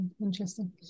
interesting